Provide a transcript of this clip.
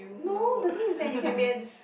no the thing is that you can be